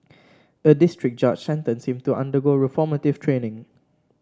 a district judge sentenced him to undergo reformative training